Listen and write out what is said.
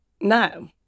No